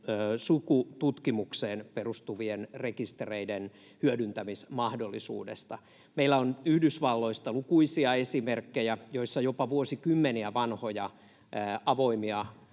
sukututkimukseen perustuvien rekistereiden hyödyntämismahdollisuudesta. Meillä on Yhdysvalloista lukuisia esimerkkejä, joissa jopa vuosikymmeniä vanhoja avoimia